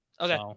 Okay